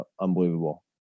unbelievable